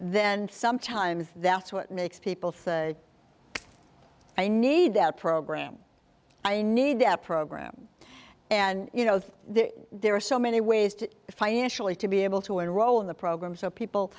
then sometimes that's what makes people say i need that program i need that program and you know there are so many ways to financially to be able to enroll in the program so people